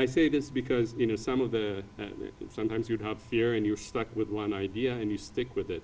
i say this because you know some of the sometimes you have here and you're stuck with one idea and you stick with it